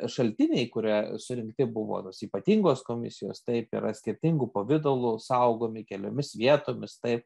šaltiniai kurie surinkti buvo nus ypatingos komisijos taip yra skirtingu pavidalu saugomi keliomis vietomis tai